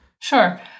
Sure